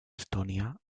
estonia